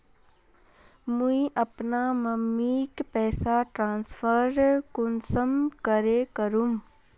मुई अपना मम्मीक पैसा ट्रांसफर कुंसम करे करूम?